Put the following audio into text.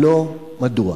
3. אם לא, מדוע?